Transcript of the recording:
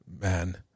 Man